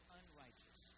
unrighteous